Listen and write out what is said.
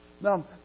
Now